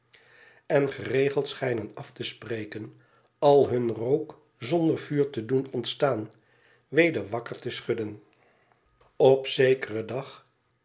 en geregeld schijnen af te spreken al hun rook zonder vuur te doen ontstaan weder wakker te schudden op zekeren dag